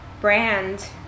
brand